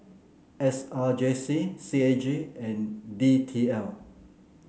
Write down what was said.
S R J C C A G and D T L